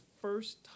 first